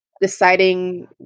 deciding